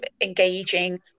engaging